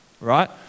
Right